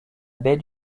baie